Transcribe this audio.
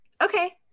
Okay